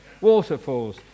waterfalls